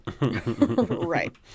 Right